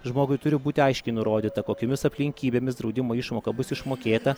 žmogui turi būti aiškiai nurodyta kokiomis aplinkybėmis draudimo išmoka bus išmokėta